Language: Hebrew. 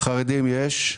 חרדים יש.